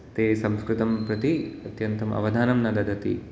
ते संस्कृतं प्रति अत्यन्तम् अवधानं न ददति